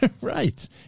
Right